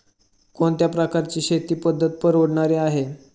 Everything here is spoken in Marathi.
कोणत्या प्रकारची शेती पद्धत परवडणारी आहे?